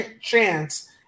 chance